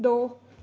ਦੋ